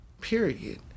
Period